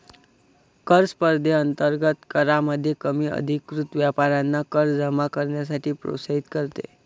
कर स्पर्धेअंतर्गत करामध्ये कमी अधिकृत व्यापाऱ्यांना कर जमा करण्यासाठी प्रोत्साहित करते